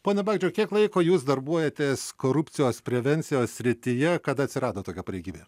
pone bagdžiau kiek laiko jūs darbuojatės korupcijos prevencijos srityje kada atsirado tokia pareigybė